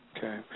Okay